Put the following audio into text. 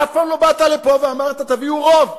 אף פעם לא באת לפה ואמרת תביאו רוב,